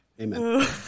Amen